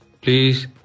please